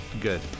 good